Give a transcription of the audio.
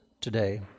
today